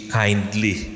kindly